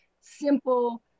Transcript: simple